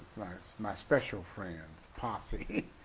my special friends posse